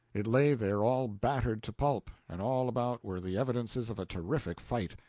it lay there all battered to pulp and all about were the evidences of a terrific fight.